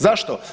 Zašto?